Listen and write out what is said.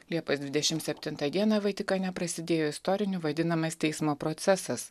liepos dvidešimt septintą dieną vatikane prasidėjo istoriniu vadinamas teismo procesas